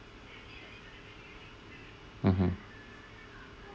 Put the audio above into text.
mmhmm